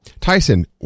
tyson